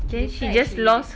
K later I show you the